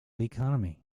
economy